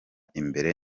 imbere